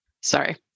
Sorry